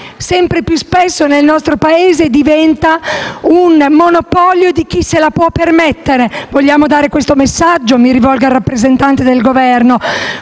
sempre più spesso, nel nostro Paese, diventa monopolio di chi se la può permettere. Vogliamo dare questo messaggio? Mi rivolgo alla rappresentante del Governo.